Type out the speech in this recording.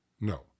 No